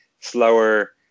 slower